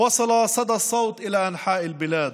והד הקולות הגיע לקצוות המדינה.